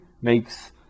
makes